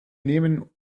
nehmen